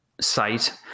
site